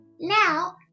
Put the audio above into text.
Now